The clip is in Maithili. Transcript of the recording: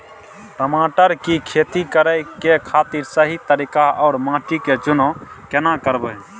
टमाटर की खेती करै के खातिर सही तरीका आर माटी के चुनाव केना करबै?